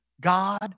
God